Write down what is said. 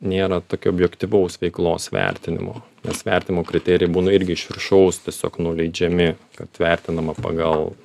nėra tokio objektyvaus veiklos vertinimo nes vertinimo kriterijai būna irgi iš viršaus tiesiog nuleidžiami kad vertinama pagal